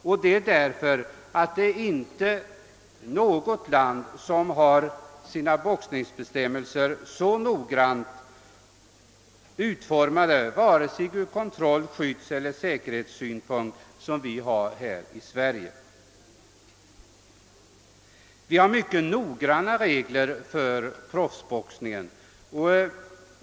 Inget land har nämligen så noggrant utformade bestämmelser som vi har här i Sverige, vare sig ur kontroll-, skyddseller säkerhetssynpunkt. Vi har mycket noggranna regler för proffsboxningen.